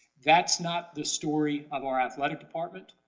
that's not the story of our athletic department.